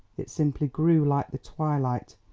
it simply grew like the twilight,